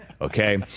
Okay